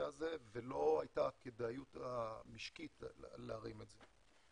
הזה ולא היתה הכדאיות המשקית להרים את זה.